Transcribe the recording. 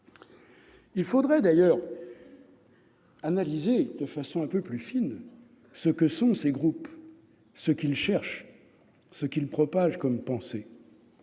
il faudrait analyser de façon un peu plus fine ce que sont ces groupes, ce qu'ils cherchent, ce qu'ils propagent comme pensées.